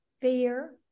fear